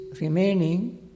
remaining